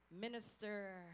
Minister